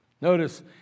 Notice